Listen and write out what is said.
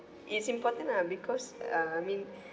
it's important lah because uh I mean